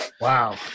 Wow